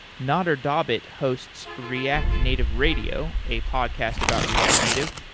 nader dabit hosts react native radio, a podcast about react native.